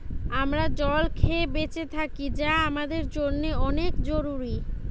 আমরা জল খেয়ে বেঁচে থাকি যা আমাদের জন্যে অনেক জরুরি